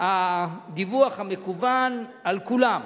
הדיווח המקוון על כולם.